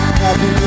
happy